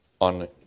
on